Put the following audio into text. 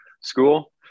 school